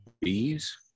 bees